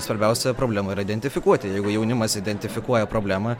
svarbiausia problema yra identifikuoti jeigu jaunimas identifikuoja problemą